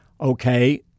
okay